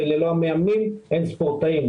וללא המאמנים הם ספורטאים.